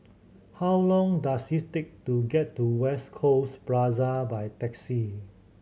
how long does it take to get to West Coast Plaza by taxi